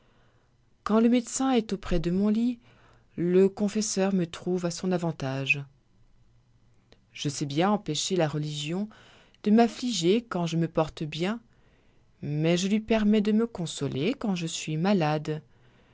quand le médecin est auprès de mon lit le confesseur me trouve à son avantage je sais bien empêcher la religion de m'affliger quand je me porte bien mais je lui permets de me consoler quand je suis malade